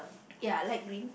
ya light green